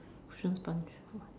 cushion sponge